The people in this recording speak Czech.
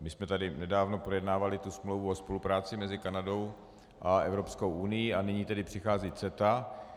My jsme tady nedávno projednávali smlouvu o spolupráci mezi Kanadou a Evropskou unií a nyní tedy přichází CETA.